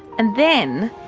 and then.